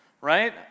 right